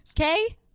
Okay